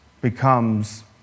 becomes